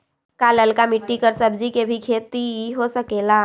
का लालका मिट्टी कर सब्जी के भी खेती हो सकेला?